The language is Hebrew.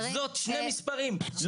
שני מספרים.